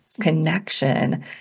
connection